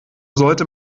sollte